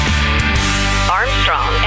Armstrong